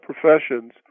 professions